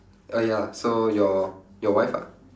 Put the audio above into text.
uh ya so your your wife ah